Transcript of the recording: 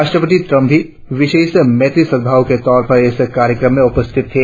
राष्ट्रपति ट्रम्प भी विशेष मैत्री सद्भाव के तौर पर इस कार्यक्रम में उपस्थित थे